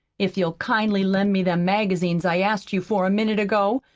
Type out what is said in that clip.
if you'll kindly lend me them magazines i asked you for a minute ago,